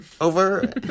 over